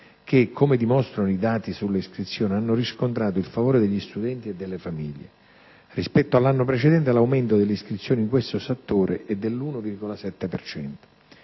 che, come dimostrano i dati sulle iscrizioni, hanno riscontrato il favore degli studenti e delle famiglie. Rispetto all'anno precedente l'aumento delle iscrizioni in questo settore è dell' 1,7